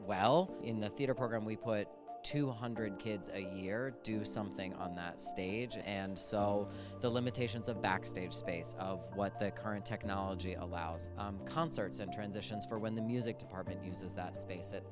while in the theater program we put two hundred kids a year do something on that stage and so the limitations of backstage space of what the current technology allows concerts and transitions for when the music department uses that space it